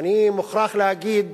אני מוכרח להגיד